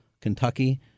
Kentucky